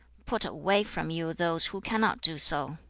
put away from you those who cannot do so.